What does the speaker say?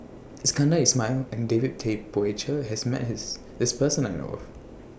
Iskandar Ismail and David Tay Poey Cher has Met His This Person that I know of